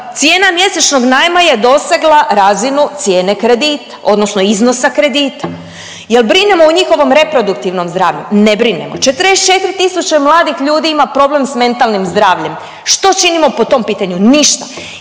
cijena mjesečnog najma je dosegla razinu cijene kredita odnosno iznosa kredita. Je l' brinemo o njihovom reproduktivnom zdravlju? Ne brinemo, 44 tisuće mladih ljudi ima problem s mentalnim zdravljem. Što činimo po tom pitanju? Ništa.